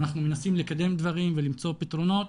אנחנו מנסים לקדם דברים ולמצוא פתרונות